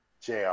Jr